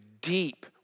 deep